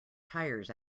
tires